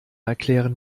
erklären